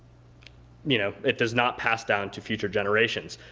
you know, it does not pass down to future generations.